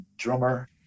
drummer